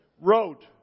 wrote